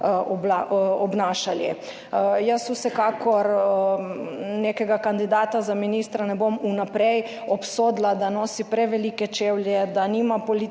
obnašali. Jaz vsekakor nekega kandidata za ministra ne bom vnaprej obsodila, da nosi prevelike čevlje, da nima politične